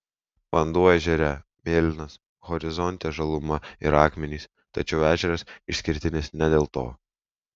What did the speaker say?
vanduo ežere mėlynas horizonte žaluma ir akmenys tačiau ežeras išskirtinis ne dėl to